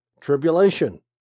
Tribulation